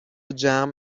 جمع